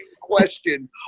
question